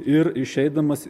ir išeidamas